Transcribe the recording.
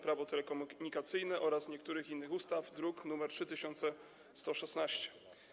Prawo telekomunikacyjne oraz niektórych innych ustaw, druk nr 3116.